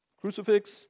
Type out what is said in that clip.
Crucifix